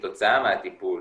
שכתוצאה מהטיפול,